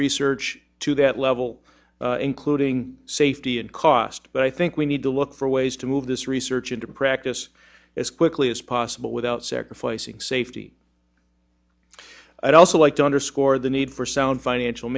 research to that level including safety and cost but i think we need to look for ways to move this research into practice as quickly as possible without sacrificing safety i'd also like to underscore the need for sound financial